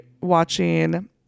watching